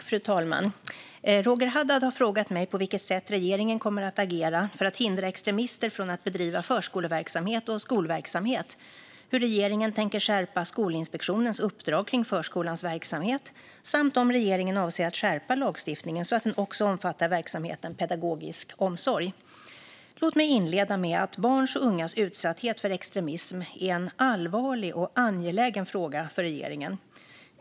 Fru talman! Roger Haddad har frågat mig på vilket sätt regeringen kommer att agera för att hindra extremister från att bedriva förskoleverksamhet och skolverksamhet, hur regeringen tänker skärpa Skolinspektionens uppdrag kring förskolans verksamhet samt om regeringen avser att skärpa lagstiftningen så att den också omfattar verksamheten pedagogisk omsorg. Låt mig inleda med att barns och ungas utsatthet för extremism är en allvarlig och angelägen fråga för regeringen.